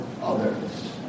others